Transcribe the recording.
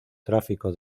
tráfico